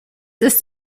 ist